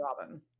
Robin